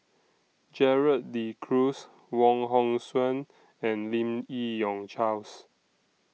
Gerald De Cruz Wong Hong Suen and Lim Yi Yong Charles